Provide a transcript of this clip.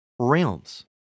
Realms